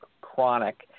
chronic